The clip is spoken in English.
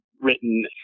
written